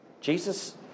Jesus